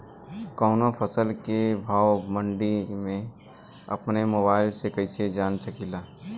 कवनो फसल के भाव मंडी के अपना मोबाइल से कइसे जान सकीला?